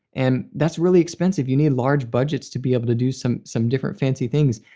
and that's really expensive. you need large budgets to be able to do some some different, fancy things.